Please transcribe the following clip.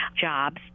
jobs